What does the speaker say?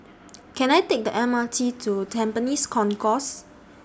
Can I Take The M R T to Tampines Concourse